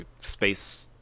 space